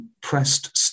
pressed